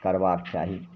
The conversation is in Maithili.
करबाक चाही